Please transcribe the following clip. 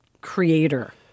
creator